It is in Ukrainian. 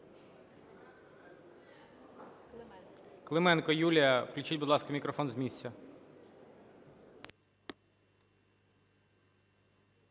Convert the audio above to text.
Клименко Юлія включіть, будь ласка, мікрофон з місця.